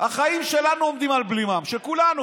החיים שלנו עומדים על בלימה, של כולנו.